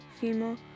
female